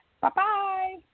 Bye-bye